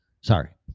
Sorry